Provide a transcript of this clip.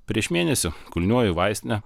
prieš mėnesį kulniuoju į vaistinę